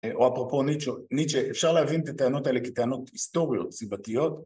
או אפרופו ניטשה, אפשר להבין את הטענות האלה כטענות היסטוריות, סיבתיות